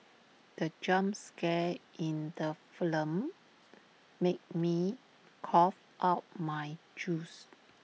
the jump scare in the film made me cough out my juice